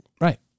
Right